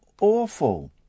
awful